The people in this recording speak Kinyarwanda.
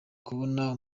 kubona